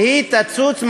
והיא תצוץ.